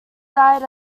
died